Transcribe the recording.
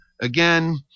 again